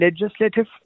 legislative